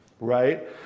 right